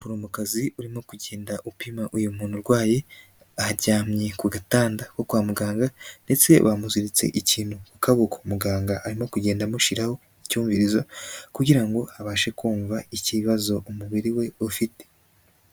Umuforomokazi urimo kugenda upima uyu muntu urwaye. Aryamye ku gatanda ko kwa muganga ndetse bamuziritse ikintu akaboko. Muganga arimo kugenda amushiraho icyumvirizo kugira ngo abashe kumva ikibazo umubiri we ufite.